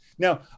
Now